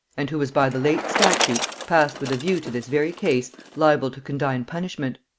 and who was by the late statute, passed with a view to this very case, liable to condign punishment?